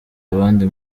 abandi